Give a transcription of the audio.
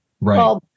Right